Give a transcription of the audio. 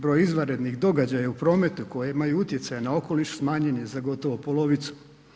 Broj izvanrednih događaja u prometu koji imaju utjecaj na okoliš smanjen je za gotovo polovicu.